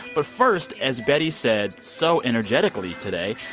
but first, as betty said so energetically today,